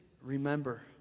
Remember